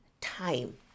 time